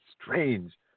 strange